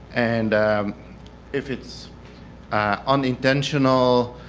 and if it's unintentional,